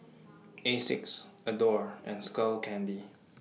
Asics Adore and Skull Candy